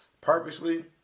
purposely